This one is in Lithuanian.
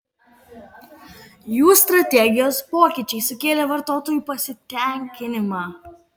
jų strategijos pokyčiai sukėlė vartotojų pasitenkinimą